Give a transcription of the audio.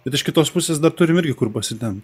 bet iš kitos pusės dar turim irgi kur pasitempt